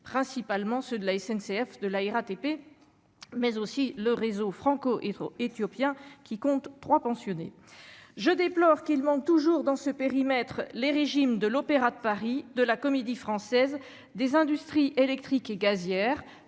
principalement ceux de la SNCF, de la RATP, mais aussi le réseau franco-éthiopien, qui compte 3 pensionner je déplore qu'il manque toujours dans ce périmètre, les régimes de l'Opéra de Paris, de la comédie française des industries électriques et gazières